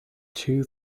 two